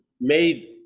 made